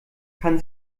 kann